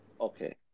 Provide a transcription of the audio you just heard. Okay